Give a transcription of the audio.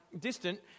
distant